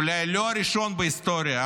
אולי לא הראשון בהיסטוריה,